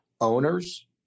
owners